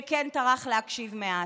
שכן טרח להקשיב מעט,